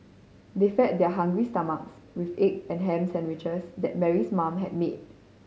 they fed their hungry stomachs with egg and ham sandwiches that Mary's mother had made